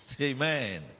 amen